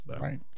right